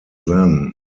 then